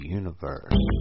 universe